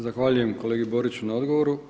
Zahvaljujem kolegi Boriću na odgovoru.